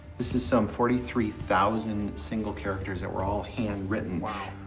this is some forty three thousand single characters that were all handwritten. wow.